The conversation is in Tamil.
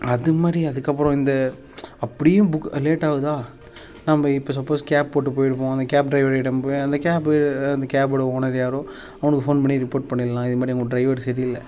அது மாரி அதற்கப்பறம் இந்த அப்படியும் புக் லேட் ஆவுதா நம்ப இப்போ சப்போஸ் கேப் போட்டு போய்ருப்போம் அந்த கேப் ட்ரைவரிடம் போய் அந்த கேப்பு அந்த கேப்போட ஓனர் யாரோ அவனுக்கு ஃபோன் பண்ணி ரிப்போர்ட் பண்ணிரலாம் இது மாரி உங்கள் ட்ரைவர் சரி இல்லை